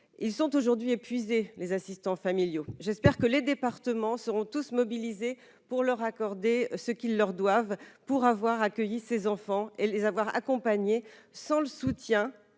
ils sont aujourd'hui épuisées les assistants familiaux, j'espère que les départements seront tous mobilisés pour leur accorder ce qu'ils leur doivent pour avoir accueilli ces enfants et les avoir accompagné sans le soutien